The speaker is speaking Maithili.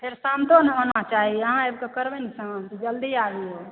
फेर शांतो ने होना चाही अहाँ आबिके करबै ने शांत जल्दी आबियौ